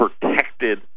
protected